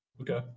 Okay